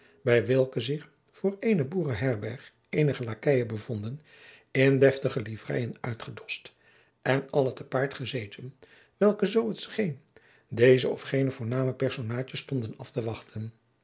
bij welke zich voor eene boerenherberg eenige lakeien bevonden in deftige livreien uitgedoscht en alle te paard gezeten welke zoo t scheen deze of gene voorname personaadje stonden af te wachten